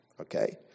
Okay